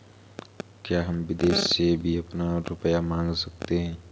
क्या हम विदेश से भी अपना रुपया मंगा सकते हैं?